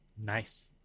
nice